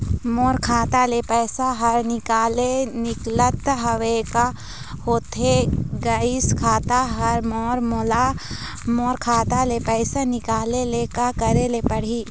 मोर खाता ले पैसा हर निकाले निकलत हवे, का होथे गइस खाता हर मोर, मोला मोर खाता ले पैसा निकाले ले का करे ले पड़ही?